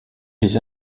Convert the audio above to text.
les